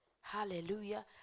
Hallelujah